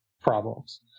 problems